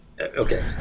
Okay